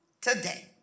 today